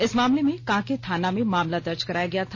इस मामले में कांके थाना में मामला दर्ज कराया गया था